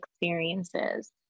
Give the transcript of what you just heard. experiences